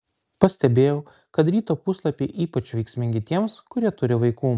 pastebėjau kad ryto puslapiai ypač veiksmingi tiems kurie turi vaikų